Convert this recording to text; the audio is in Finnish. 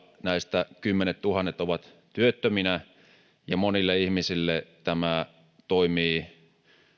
näistä kymmenettuhannet ovat työttöminä ja monille ihmisille tämä toimii